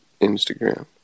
Instagram